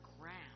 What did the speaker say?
ground